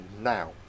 Now